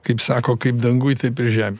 kaip sako kaip danguj taip ir žemėj